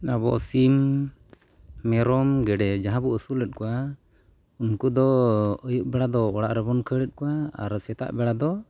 ᱟᱵᱚ ᱥᱤᱢ ᱢᱮᱨᱚᱢ ᱜᱮᱹᱰᱮᱹ ᱡᱟᱦᱟᱸ ᱵᱚᱱ ᱟᱹᱥᱩᱞᱮᱫ ᱠᱚᱣᱟ ᱩᱱᱠᱩ ᱫᱚ ᱟᱹᱭᱩᱵ ᱵᱮᱲᱟ ᱫᱚ ᱚᱲᱟᱜ ᱨᱮᱵᱚᱱ ᱠᱷᱟᱹᱲᱮᱫ ᱠᱚᱣᱟ ᱟᱨ ᱥᱮᱛᱟᱜ ᱵᱮᱲᱟ ᱫᱚ